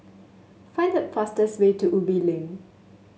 find the fastest way to Ubi Link